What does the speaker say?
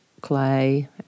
clay